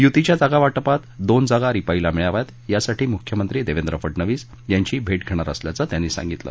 युतीच्या जागा वाटपात दोन जागा रिपाईला मिळाव्यात यासाठी मुख्यमंत्री देवेंद्र फडनवीस यांची भेट घेणार असल्याचं त्यांनी सांगितलं